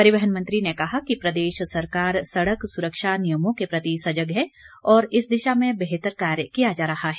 परिवहन मंत्री ने कहा कि प्रदेश सरकार सड़क सुरक्षा नियमों के प्रति सजग है और इस दिशा में बेहतर कार्य किया जा रहा है